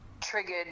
triggered